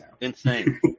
Insane